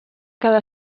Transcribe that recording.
cada